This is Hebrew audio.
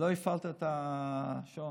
לא הפעלת את השעון.